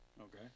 Okay